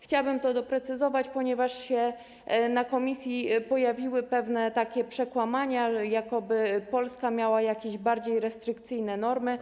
Chciałabym to doprecyzować, ponieważ w ramach komisji pojawiły się pewne przekłamania, jakoby Polska miała jakieś bardziej restrykcyjne normy.